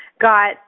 got